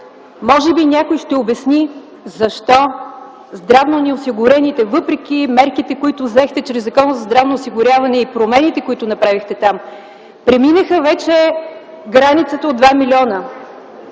Може би някой ще обясни защо здравно неосигурените, въпреки мерките, които взехте чрез Закона за здравното осигуряване и промените, които направихте там, преминаха вече границата от 2 милиона!